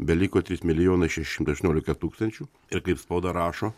beliko trys milijonai šeši šimtai aštuoniolika tūkstančių ir kaip spauda rašo